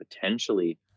potentially